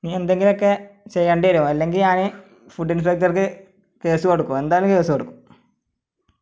ഇനി എന്തെങ്കിലുമൊക്കെ ചെയ്യേണ്ടിവരുമോ അല്ലെങ്കിൽ ഞാൻ ഫുഡ്ഡ് ഇൻസ്പ്പക്റ്റർക്ക് കേസു കൊടുക്കും എന്തായാലും കേസു കൊടുക്കും